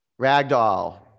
ragdoll